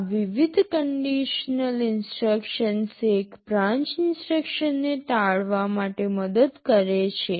આ વિવિધ conditional instructions એક બ્રાન્ચ ઇન્સટ્રક્શન ને ટાળવા માટે મદદ કરે છે